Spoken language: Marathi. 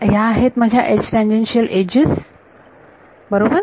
ह्या आहेत माझ्या टॅन्जेनशियल एजेस बरोबर